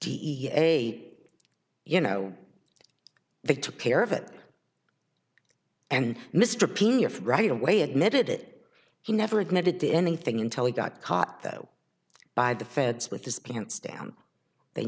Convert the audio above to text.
a you know they took care of it and mr pea right away admitted it he never admitted to anything until he got caught though by the feds with his pants down they